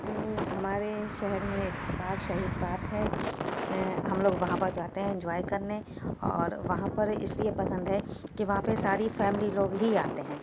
ہمارے شہر میں ایک باک شاہی پارک ہے ہم لوگ وہاں پر جاتے ہیں انجوائے کرنے اور وہاں پر اس لیے پسند ہے کہ وہاں پہ ساری فیملی لوگ ہی آتے ہیں